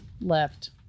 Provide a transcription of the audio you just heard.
left